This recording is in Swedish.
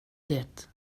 det